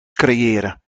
creëren